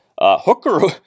Hooker